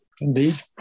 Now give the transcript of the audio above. indeed